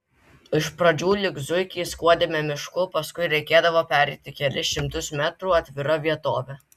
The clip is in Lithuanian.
iš pradžių lyg zuikiai skuodėme mišku paskui reikėdavo pereiti kelis šimtus metrų atvira vietove